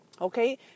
okay